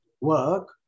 work